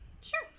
sure